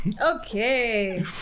Okay